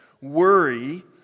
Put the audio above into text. worry